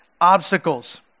obstacles